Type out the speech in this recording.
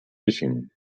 fishing